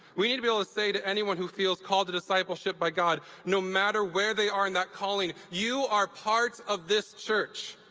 we need to be able to say to anyone who feels called to discipleship by god no matter where they are in that calling you are part of this church.